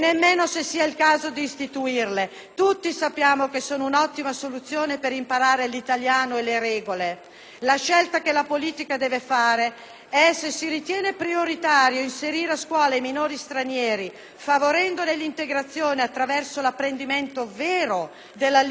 tutti sappiamo che sono un'ottima soluzione per imparare l'italiano e le regole. La scelta che la politica deve fare è se si ritiene prioritario inserire a scuola i minori stranieri favorendone l'integrazione attraverso l'apprendimento vero della lingua italiana e delle lingue locali,